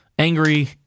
Angry